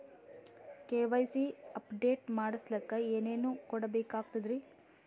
KYC update ಮಾಡಸ್ಲಕ ಏನೇನ ಕೊಡಬೇಕಾಗ್ತದ್ರಿ?